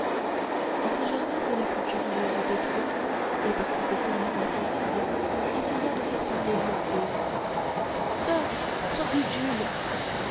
enfin gervaise la plus curieuse des trois et par conséquent la moins sensible essaya de faire parler la recluse soeur